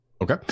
okay